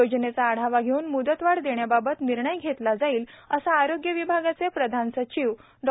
योजनेचा आढावा घेऊन मुदतवाढ देण्याबाबत निर्णय घेतला जाईल असं आरोग्य विभागाचे प्रधान सचिव डॉ